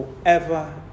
forever